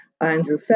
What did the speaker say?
Andrew